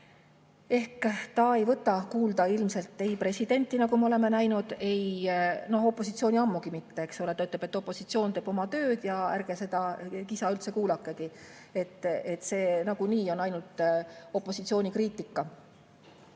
ilmselt ei võta kuulda ei presidenti, nagu me oleme näinud, ega opositsiooni ammugi mitte, eks ole. T ütleb, et opositsioon teeb oma tööd ja ärge seda kisa üldse kuulakegi, see nagunii on ainult opositsiooni kriitika.